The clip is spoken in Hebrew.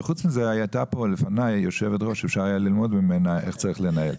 וחוץ מזה הייתה פה לפניי יושבת-ראש שאפשר היה ללמוד ממנה איך צריך לנהל.